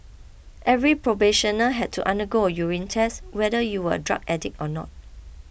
every probationer had to undergo a urine test whether you were a drug addict or not